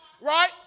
Right